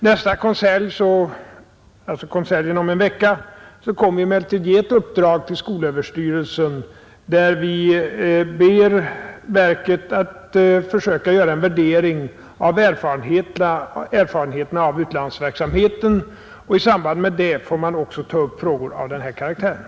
I konseljen om en vecka kommer vi emellertid att ge ett uppdrag till skolöverstyrelsen, där vi ber verket att försöka göra en värdering av erfarenheterna av utlandsverksamheten, och i samband med det får man också ta upp frågor av den här karaktären.